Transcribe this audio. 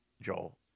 joel